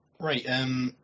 Right